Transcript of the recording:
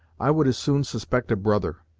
i would as soon suspect a brother!